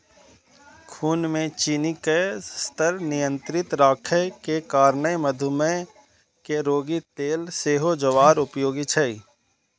खून मे चीनीक स्तर नियंत्रित राखै के कारणें मधुमेह के रोगी लेल सेहो ज्वार उपयोगी छै